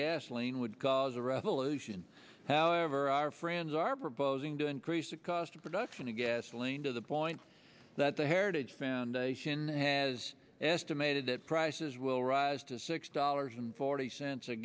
gasoline would cause a revolution however our friends are proposing to increase the cost of production to gasoline to the point that the heritage foundation has estimated that prices will rise to six dollars and forty cents a